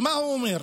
מה הוא אומר?